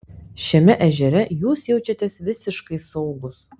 šiame ežere jūs jaučiatės visiškai saugus